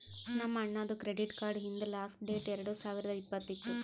ನಮ್ ಅಣ್ಣಾದು credit card ಹಿಂದ್ ಲಾಸ್ಟ್ ಡೇಟ್ ಎರಡು ಸಾವಿರದ್ ಇಪ್ಪತ್ತ್ ಇತ್ತು